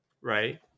right